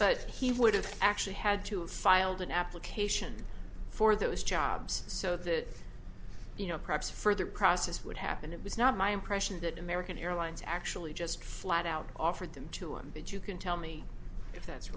but he would have actually had to filed an application for those jobs so that you know perhaps further process would happen it was not my impression that american airlines actually just flat out offered them to him but you can tell me if that's